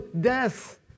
death